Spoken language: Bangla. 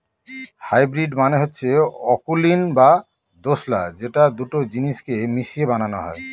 হাইব্রিড মানে হচ্ছে অকুলীন বা দোঁশলা যেটা দুটো জিনিস কে মিশিয়ে বানানো হয়